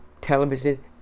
television